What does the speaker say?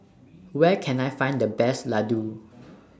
Where Can I Find The Best Ladoo